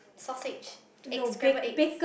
sausage eggs scrambled eggs